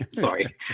sorry